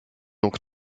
donc